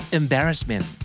embarrassment